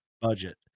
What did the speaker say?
budget